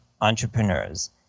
entrepreneurs